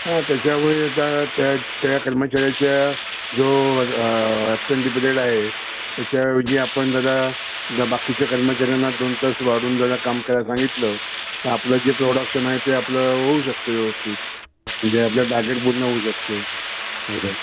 हा त्याच्यामुळे आता त्या त्या कर्मचाऱ्याच्या जो ॲबसेंटी पिरेड आहे त्याऐवजी आपण जरा जर बाकीच्या कर्मचाऱ्यांना दोन तास वाढवून जरा काम करायला सांगितलं तर आपलं जे प्रोडक्शन आहे ते आपलं होऊ शकते व्यवस्थित म्हणजे आपलं टार्गेट पूर्ण होऊ शकते असं